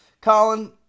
Colin